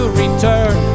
return